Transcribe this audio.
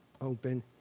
open